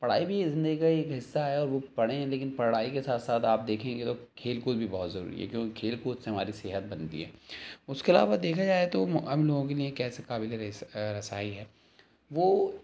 پڑھائی بھی زندگی کا ایک حصہ ہے وہ پڑھیں لیکن پڑھائی کے ساتھ ساتھ آپ دیکھیں گے تو کھیل کود بھی بہت ضروری ہے کیوںکہ کھیل کود سے ہماری صحت بنتی ہے اس کے علاوہ دیکھا جائے تو ہم لوگوں کے لیے کیسے قابل رسائی ہے وہ